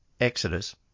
Exodus